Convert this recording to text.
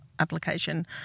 application